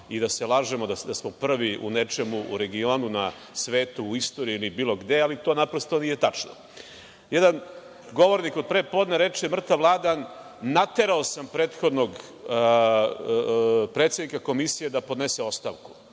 i da se lažemo da smo prvi u nečemu u regionu, na svetu, u istoriji, bilo gde, ali to naprosto nije tačno. Jedan govornik od prepodne reče mrtav hladan – naterao sam prethodnog predsednika komisije da podnese ostavku.